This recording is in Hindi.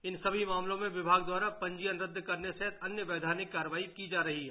इन सभी मामलों में विभाग द्वारा पंजीयन रद्द करने सहित अन्य वैधानिक कार्यवाही की जा रही है